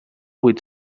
huit